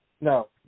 No